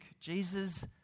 Jesus